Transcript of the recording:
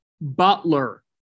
Butler